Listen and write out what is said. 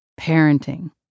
parenting